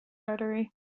artery